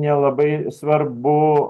nelabai svarbu